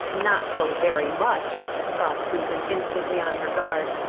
not so very much! scoffed susan, instantly on her guard.